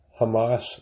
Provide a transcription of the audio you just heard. Hamas